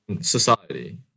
society